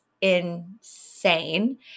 insane